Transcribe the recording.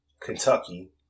Kentucky